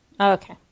Okay